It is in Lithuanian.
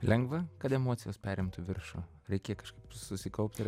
lengva kad emocijos perimtų viršų reikia kažkaip susikaupti ir